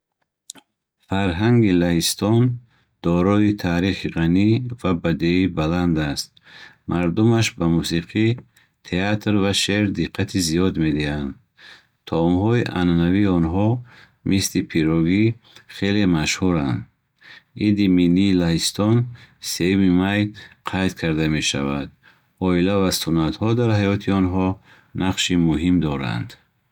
Фарҳанги Лаҳистон дорои таърихи ғанӣ ва бадеии баланд аст. Мардумаш ба мусиқӣ, театр ва шеър диққати зиёд медиҳанд. Таомҳои анъанавии онҳо, мисли пироги хеле машҳуранд. Иди Миллии Лаҳистон сеюми май қайд карда мешавад. Оила ва суннатҳо дар ҳаёти онҳо нақши муҳим доранд.